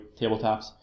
tabletops